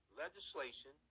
Legislation